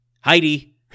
Heidi